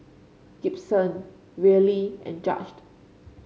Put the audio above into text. Gibson Areli and Judge